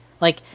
like-